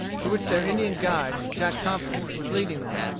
to which their indian guide, jack thompson, was leading them.